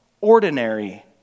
ordinary